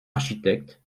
architecte